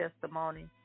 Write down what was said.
testimony